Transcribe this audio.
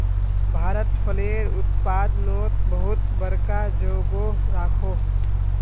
भारत फलेर उत्पादनोत बहुत बड़का जोगोह राखोह